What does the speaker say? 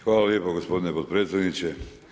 Hvala lijepo gospodine potpredsjedniče.